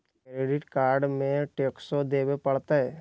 Credit card में टेक्सो देवे परते?